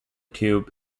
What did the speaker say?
tube